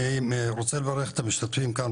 אני רוצה לברך את המשתתפים כאן,